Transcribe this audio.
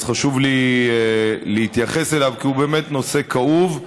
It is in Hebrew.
חשוב לי להתייחס אליו, כי הוא באמת נושא כאוב,